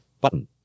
button